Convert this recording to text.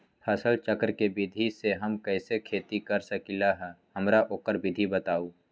फसल चक्र के विधि से हम कैसे खेती कर सकलि ह हमरा ओकर विधि बताउ?